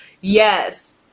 Yes